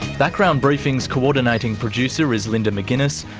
background briefing's coordinating producer is linda mcginness,